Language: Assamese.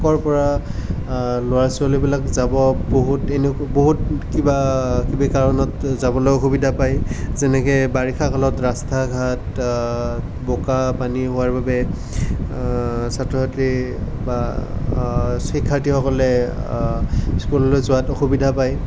ক'ৰ পৰা ল'ৰা ছোৱালীবিলাক যাব বহুত এনে বহুত কিবা কিবি কাৰণত যাবলৈ অসুবিধা পায় যেনেকৈ বাৰিষাকালত ৰাস্তা ঘাট বোকা পানী হোৱাৰ বাবে ছাত্ৰ ছাত্ৰী বা শিক্ষাৰ্থীসকলে স্কুললৈ যোৱাত অসুবিধা পায়